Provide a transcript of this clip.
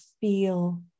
feel